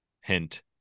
Hint